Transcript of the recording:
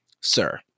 Sir